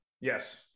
Yes